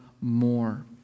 more